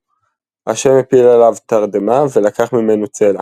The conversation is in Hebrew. ה' הפיל עליו תרדמה ולקח ממנו צלע.